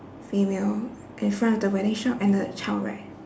female in front of the wedding shop and the child right